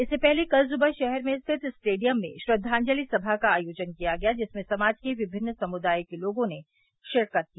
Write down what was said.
इससे पहले कल सुबह शहर में स्थित स्टेडियम में श्रद्दाजंलि सभा का आयोजन किया गया जिसमें समाज के विमिन्न समुदायों के लोगों ने शिरकत की